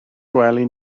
gwely